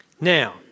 Now